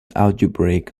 algebraic